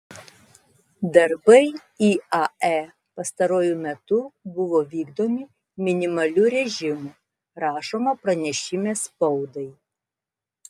darbai iae pastaruoju metu buvo vykdomi minimaliu režimu rašoma pranešime spaudai